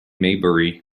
maybury